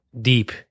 deep